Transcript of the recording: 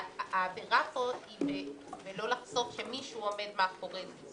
העבירה פה היא לא לחשוף שמישהו עומד מאחורי זה.